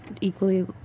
equally